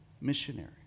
missionary